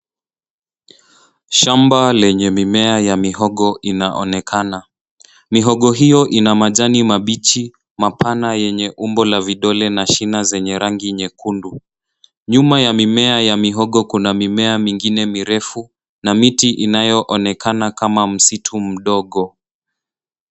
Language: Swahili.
Shamba lenye mimea ya mihogo inaonekana. Mihogo hiyo ina majani mabichi, mapana yenye umbo la vidole na shina zenye rangi nyekundu. Nyuma ya mimea ya mihogo kuna mimea mingine mirefu na miti inayoonekana kama msitu mdogo.